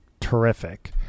terrific